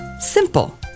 Simple